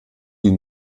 die